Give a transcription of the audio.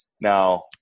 now